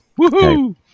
Woohoo